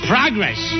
Progress